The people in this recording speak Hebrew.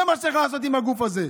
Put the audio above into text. זה מה שצריך לעשות עם הגוף הזה.